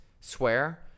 swear